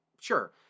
Sure